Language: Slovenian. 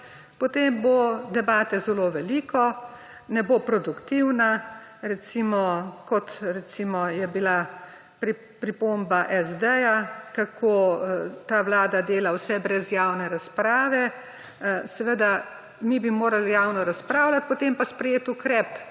potem bo debate zelo veliko, ne bo produktivna. Kot recimo je bila pripomba SD, kako ta vlada dela vse brez javne razprave. Seveda, mi bi morali javno razpravljati, potem pa sprejeti ukrep,